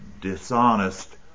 dishonest